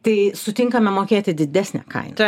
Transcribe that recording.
tai sutinkame mokėti didesnę kainą